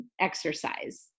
exercise